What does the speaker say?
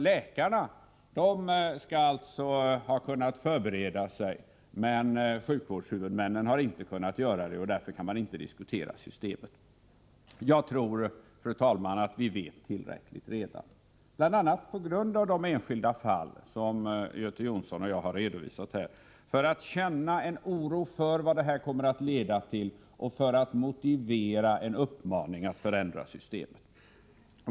Läkarna har alltså kunnat förbereda sig, men sjukvårdshuvudmännen har inte kunnat göra det, och därför kan man inte diskutera systemet. Fru talman! Jag tror att vi vet tillräckligt redan, bl.a. på grund av de enskilda fall som Göte Jonsson och jag har redovisat, för att känna en oro för vad Dagmarsystemet kommer att leda till och för att kunna motivera en uppmaning att förändra systemet.